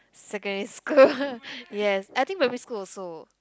secondary school yes I think primary school also